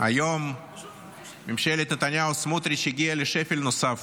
היום ממשלת נתניהו-סמוטריץ' הגיעה לשפל נוסף.